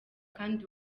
kandi